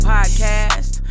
Podcast